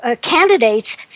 candidates